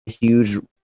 huge